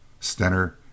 Stenner